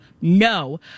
No